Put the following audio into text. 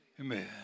Amen